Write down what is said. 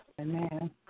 Amen